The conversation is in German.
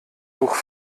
hoch